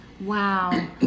Wow